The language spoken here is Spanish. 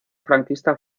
franquista